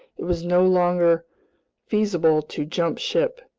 it was no longer feasible to jump ship.